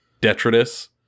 detritus